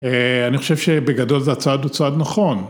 אני חושב שבגדול זה הצעד הוא צעד נכון.